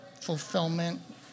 fulfillment